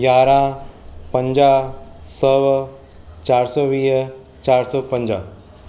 यारहं पंजाह सौ चारि सौ वीह चारि सौ पंजाह